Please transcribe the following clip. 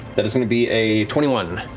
that is going to be a twenty one.